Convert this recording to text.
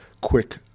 quick